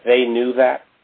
that they knew that